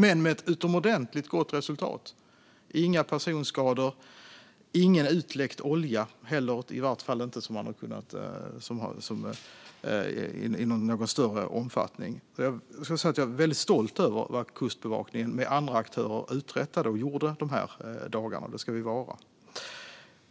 Men den hade ett utomordentligt gott resultat: inga personskador och inte heller någon utläckt olja, i varje fall inte i någon större omfattning. Jag vill säga att jag är väldigt stolt över vad Kustbevakningen tillsammans med andra aktörer uträttade de här dagarna. Det ska vi vara.